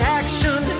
action